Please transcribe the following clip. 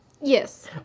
Yes